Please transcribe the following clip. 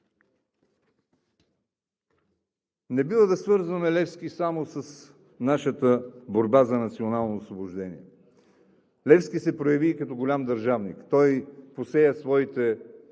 Не бива да свързваме Левски само с нашата борба за национално освобождение. Левски се прояви и като голям държавник – той пося своите